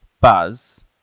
Buzz